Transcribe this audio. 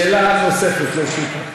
שאלה נוספת לרשותך.